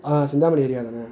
ஆ Chintamani area தானே